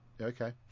Okay